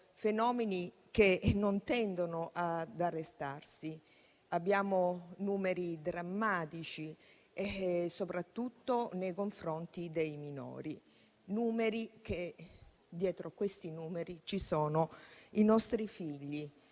fenomeni che non tendono ad arrestarsi. Abbiamo numeri drammatici soprattutto nei confronti dei minori. Dietro questi numeri ci sono i nostri figli,